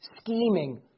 scheming